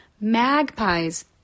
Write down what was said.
magpies